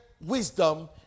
wisdom